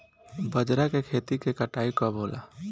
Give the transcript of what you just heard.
बजरा के खेती के कटाई कब होला?